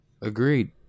Agreed